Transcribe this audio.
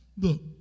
Look